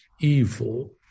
evil